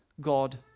God